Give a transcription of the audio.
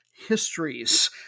Histories